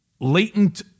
latent